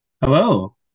Hello